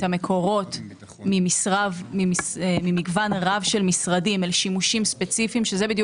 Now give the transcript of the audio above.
המקורות ממגוון רב של משרדים לשימושים ספציפיים שזה בדיוק